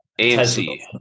amc